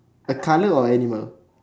a colour or animal